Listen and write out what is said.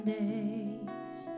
days